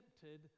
tempted